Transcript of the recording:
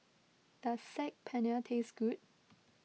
does Saag Paneer taste good